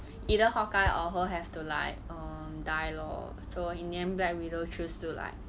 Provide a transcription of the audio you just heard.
either hawk eye or her have to like err die lor so in the end black widow choose to like